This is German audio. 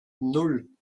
nan